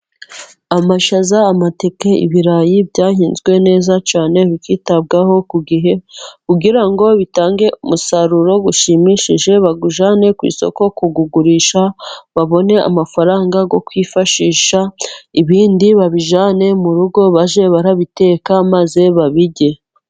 Amashaza, amateke, ibirayi byahinzwe neza cyane, bikitabwaho ku gihe kugira ngo bitange umusaruro ushimishije, bawujyane ku isoko kuwugurisha babone amafaranga yo kwifashisha . Ibindi babijyane mu rugo bajye barabiteka maze babirye.